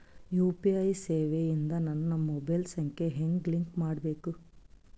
UPI ಸೇವೆ ಇಂದ ನನ್ನ ಮೊಬೈಲ್ ಸಂಖ್ಯೆ ಹೆಂಗ್ ಲಿಂಕ್ ಮಾಡಬೇಕು?